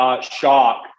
shock